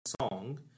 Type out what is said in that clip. Song